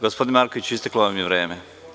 Gospodine Markoviću, isteklo vam je vreme.